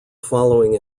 following